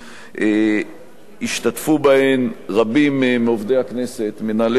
השתתפו בהן רבים מעובדי הכנסת, מנהלי סיעות,